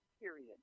period